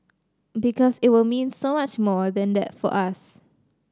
because it will mean so much more than that for us